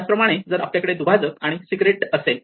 त्याचप्रमाणे जर आपल्याकडे दुभाजक आणि 'सीक्रेट' असेल